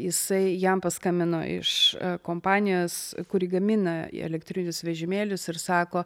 jisai jam paskambino iš kompanijos kuri gamina elektrinius vežimėlius ir sako